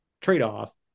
trade-off